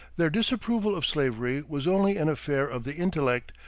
their disapproval of slavery was only an affair of the intellect,